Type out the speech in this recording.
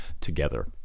together